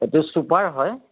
এইটো চুপাৰ হয়